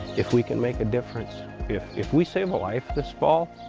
if we can make a difference if if we save a life this fall.